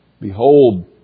Behold